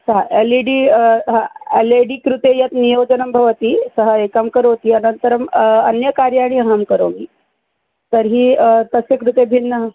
सः L E D हा L E D कृते यत् नियोजनं भवति सः एकं करोति अनन्तरं अन्यकार्याणि अहं करोमि तर्हि तस्य कृते भिन्नः